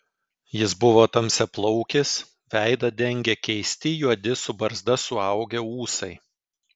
jis buvo tamsiaplaukis veidą dengė keisti juodi su barzda suaugę ūsai